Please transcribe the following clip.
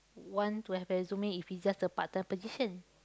want to have resume if it's just a part-time position